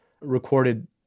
recorded